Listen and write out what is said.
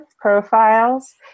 profiles